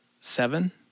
Seven